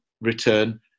return